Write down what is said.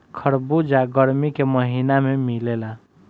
खरबूजा गरमी के महिना में मिलेला